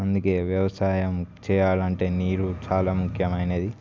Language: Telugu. అందుకే వ్యవసాయం చేయాలంటే నీరు చాలా ముఖ్యమైనది